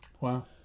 Wow